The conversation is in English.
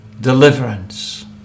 deliverance